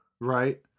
Right